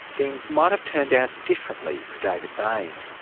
things might have turned out differently for david bain.